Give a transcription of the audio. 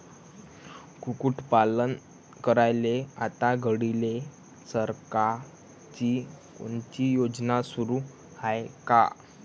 कुक्कुटपालन करायले आता घडीले सरकारची कोनची योजना सुरू हाये का?